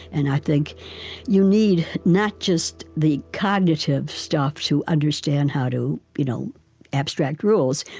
and i think you need not just the cognitive stuff to understand how to you know abstract rules,